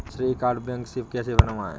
श्रेय card bank से कैसे बनवाएं?